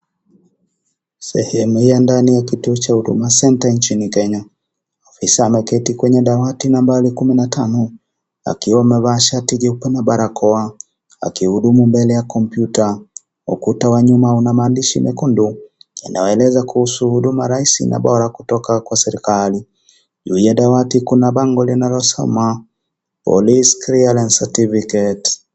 Sehemu ya ndani ya kituo cha Huduma Centre nchini Kenya afisa ameketi kwenye dawati nambari kumi na tano akiwa amevaa shati jeupe na barakoa akihudumu mbele ya kompyuta . Ukuta wa nyuma una maandishi mekundu yanayoeleza kuhusu huduma rahisi na bora kutoka kwa serikali. Juu ya ukuta kuna bango linalosoma police clearance certificate .